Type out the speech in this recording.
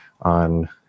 on